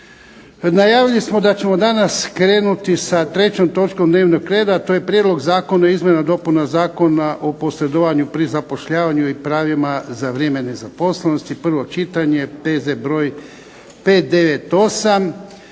Najavili smo da ćemo danas krenuti sa 3. točkom dnevnog reda, a to je 3. Prijedlog Zakona o izmjenama i dopunama Zakona o posredovanju pri zapošljavanju i pravima za vrijeme nezaposlenosti, s konačnim prijedlogom